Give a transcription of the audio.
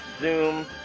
Zoom